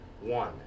one